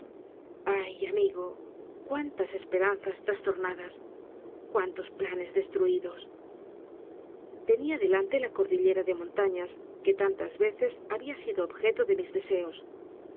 ay amigo cuantas esperanzas trastornadas cuántos planes destruidos tenia delante la cordillera de montañas que tantas veces habia sido objeto de mis deseos